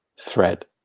thread